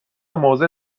موضع